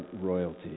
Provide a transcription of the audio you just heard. royalty